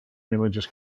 religious